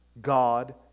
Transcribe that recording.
God